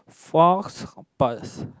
faux pass